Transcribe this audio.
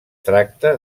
tracta